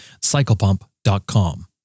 Cyclepump.com